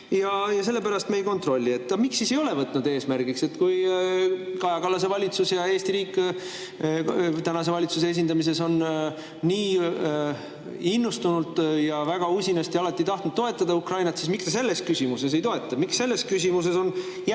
ja sellepärast me ei kontrolli. Miks siis ei ole võtnud eesmärgiks? Kui Kaja Kallase valitsus ja tänase valitsuse esindatav Eesti riik on nii innustunult ja väga usinasti alati tahtnud toetada Ukrainat, siis miks te selles küsimuses ei toeta? Miks selles küsimuses on jäetud